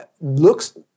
Looks